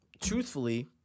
truthfully